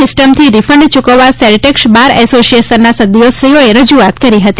સિસ્ટમથી રીફંડ ચુકવવા sales tax bar એસોસીયનના સદસ્યોએ રજુઆત કરી હતી